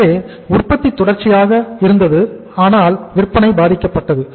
எனவே உற்பத்தி தொடர்ச்சியாக இருந்தது ஆனால் விற்பனை பாதிக்கப்பட்டது